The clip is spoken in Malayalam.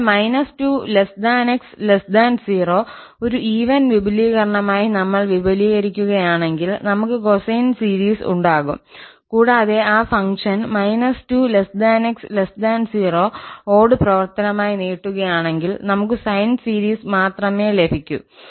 അതിനാൽ −2 𝑥 0 ഒരു ഈവൻ വിപുലീകരണമായി നമ്മൾ വിപുലീകരിക്കുകയാണെങ്കിൽ നമുക്ക് കൊസൈൻ സീരീസ് ഉണ്ടാകും കൂടാതെ ആ ഫംഗ്ഷൻ −2 𝑥 0 ഓട് പ്രവർത്തനമായി നീട്ടുകയാണെങ്കിൽ നമുക്ക് സൈൻ സീരീസ് മാത്രമേ ലഭിക്കൂ